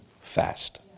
fast